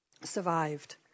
survived